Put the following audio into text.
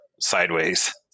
sideways